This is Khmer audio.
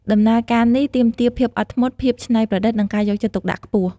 ដំណើរការនេះទាមទារភាពអត់ធ្មត់ ភាពច្នៃប្រឌិត និងការយកចិត្តទុកដាក់ខ្ពស់។